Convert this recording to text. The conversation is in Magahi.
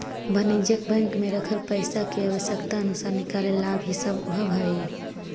वाणिज्यिक बैंक में रखल पइसा के आवश्यकता अनुसार निकाले ला भी संभव हइ